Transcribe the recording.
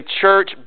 church